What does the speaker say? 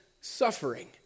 suffering